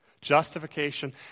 Justification